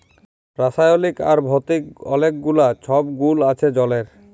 রাসায়লিক আর ভতিক অলেক গুলা ছব গুল আছে জলের